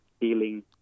healing